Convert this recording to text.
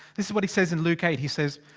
this is what he says in luke eight. he says.